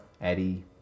Eddie